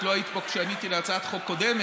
את לא היית פה כשעניתי להצעת חוק קודמת,